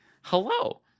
hello